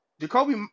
Jacoby